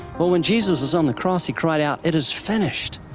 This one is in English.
when jesus was on the cross, he cried out, it is finished!